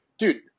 Dude